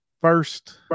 first